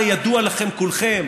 הרי ידוע לכם כולכם,